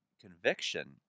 conviction